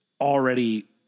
already